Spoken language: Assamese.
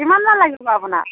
কিমানমান লাগিব আপোনাক